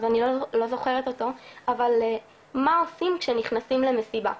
מה עושים כשנכנסים למסיבה.